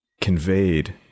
conveyed